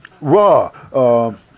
Raw